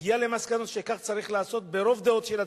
מגיעה למסקנות שכך צריך לעשות ברוב דעות של הציבור,